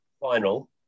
final